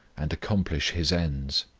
and accomplish his ends.